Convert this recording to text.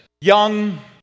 young